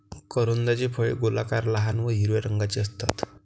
करोंदाची फळे गोलाकार, लहान व हिरव्या रंगाची असतात